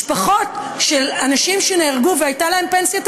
משפחות של אנשים שנהרגו והייתה להם פנסיה תקציבית,